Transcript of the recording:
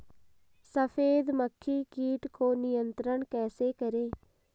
सफेद मक्खी कीट को नियंत्रण कैसे करें?